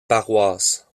paroisses